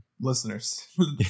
Listeners